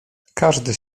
każdy